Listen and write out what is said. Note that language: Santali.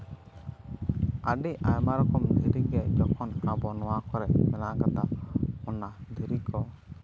ᱟᱹᱰᱤ ᱟᱭᱢᱟ ᱨᱚᱠᱚᱢ ᱜᱮᱫᱷᱤᱨᱤ ᱜᱮ ᱧᱮᱞ ᱠᱚᱣᱟᱵᱚᱱ ᱱᱚᱣᱟ ᱠᱚᱨᱮ ᱢᱮᱱᱟᱜ ᱠᱟᱫᱟ ᱚᱱᱟ ᱫᱷᱤᱨᱤ ᱠᱚ